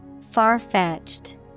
Far-fetched